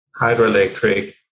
hydroelectric